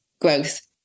growth